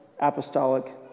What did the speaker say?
apostolic